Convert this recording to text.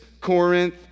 Corinth